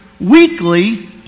weekly